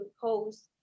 post